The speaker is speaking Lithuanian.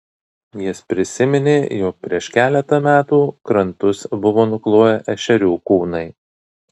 jis prisiminė jog prieš keletą metų krantus buvo nukloję ešerių kūnai